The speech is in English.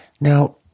Now